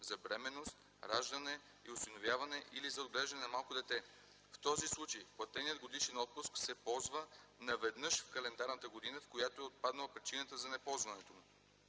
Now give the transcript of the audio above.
за бременност, раждане и осиновяване или за отглеждане на малко дете. В този случай платеният годишен отпуск се ползва наведнъж в календарната година, в която е отпадала причината за неползването